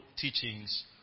teachings